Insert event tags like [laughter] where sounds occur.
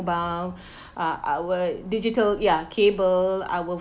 mobile [breath] uh our digital ya cable our